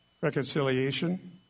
reconciliation